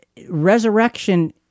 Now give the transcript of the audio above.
Resurrection